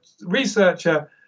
researcher